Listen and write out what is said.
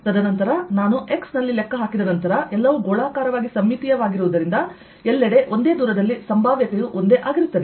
ತದನಂತರ ನಾನು x ನಲ್ಲಿ ಲೆಕ್ಕಹಾಕಿದ ನಂತರ ಎಲ್ಲವೂ ಗೋಳಾಕಾರವಾಗಿ ಸಮ್ಮಿತೀಯವಾಗಿರುವುದರಿಂದ ಎಲ್ಲೆಡೆ ಒಂದೇ ದೂರದಲ್ಲಿ ಸಂಭಾವ್ಯತೆಯು ಒಂದೇ ಆಗಿರುತ್ತದೆ